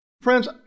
Friends